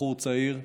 בחור צעיר,